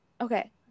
Okay